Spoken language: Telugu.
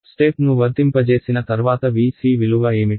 స్టెప్ ను వర్తింపజేసిన తర్వాత Vc విలువ ఏమిటి